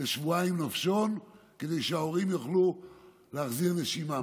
לשבועיים נופשון כדי שההורים יוכלו להחזיר נשימה,